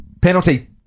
Penalty